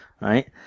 right